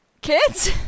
kids